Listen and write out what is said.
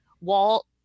Walt